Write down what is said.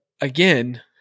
again